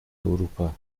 اروپا